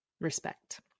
respect